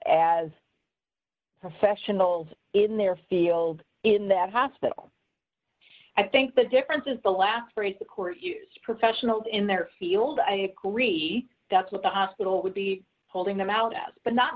as professionals in their field in that hospital i think the difference is the last phrase the core use professionals in their field i agree that's what the hospital would be pulling them out of but not